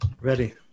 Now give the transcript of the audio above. Ready